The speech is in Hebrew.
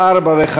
(3), (4) ו-(5)